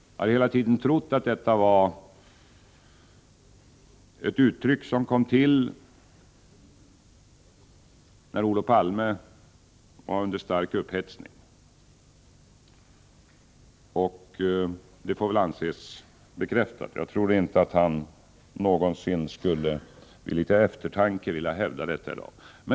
Jag har hela tiden trott att detta var ett uttryck som kom till när Olof Palme var under stark upphetsning. Det får anses vara bekräftat. Jag tror inte att han skulle vilja hävda detta i dag.